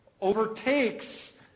overtakes